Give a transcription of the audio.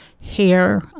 Hair